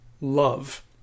Love